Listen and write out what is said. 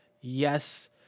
Yes